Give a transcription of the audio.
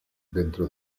dentro